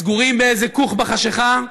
סגורים באיזה כוך בחשכה.